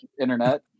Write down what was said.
Internet